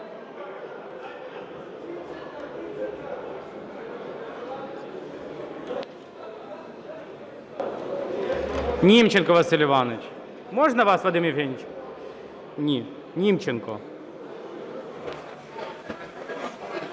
Німченко Василь Іванович. Можна вас, Вадим Євгенович? Німченко.